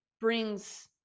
brings